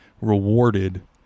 rewarded